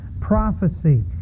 prophecy